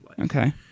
Okay